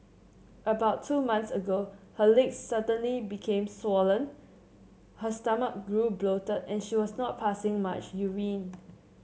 about two months ago her legs suddenly became swollen her stomach grew bloated and she was not passing much urine